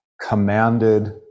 commanded